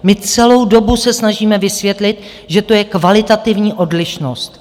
My se celou dobu snažíme vysvětlit, že to je kvalitativní odlišnost.